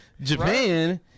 Japan